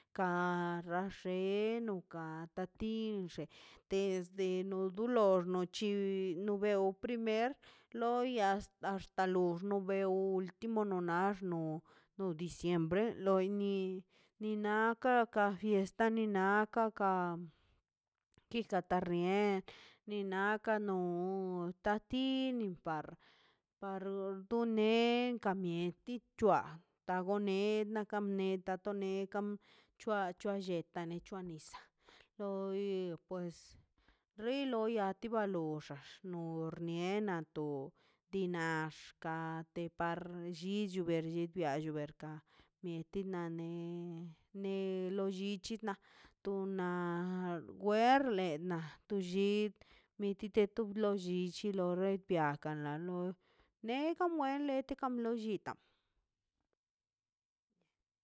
Kara xen no ka ta tinx desde no do lo nuchi no beo primer loia hasta no bew nmono naxno no diciembre loi ni ni na ka kan fier esta ni nakan xa kika tarnier ni nakan no tatir bar par to ne ka bieti c̱hua kano ne nako neta to ne kam c̱hoa c̱hua lletaꞌ c̱hua nisaꞌ loi pues ri la loi anti baloxax no nie na to diinax ka ate parx mieti na ne ne lollichi na tona werle na to lli guid mieti tu lo llichi lo roi piakan na loi ne kan muel neteka lo llikan